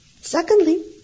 Secondly